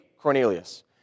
Cornelius